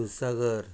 Dudhsagar